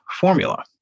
formula